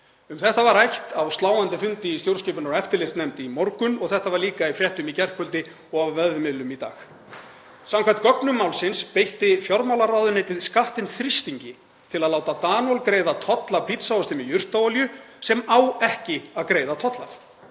Um þetta var rætt á sláandi fundi í stjórnskipunar- og eftirlitsnefnd í morgun og þetta var líka í fréttum í gærkvöldi og á vefmiðlum í dag. Samkvæmt gögnum málsins beitti fjármálaráðuneytið Skattinn þrýstingi til að láta Danól greiða toll af pitsaosti í jurtaolíu sem á ekki að greiða toll af.